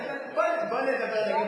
זה לא אליך באופן אישי.